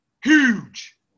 Huge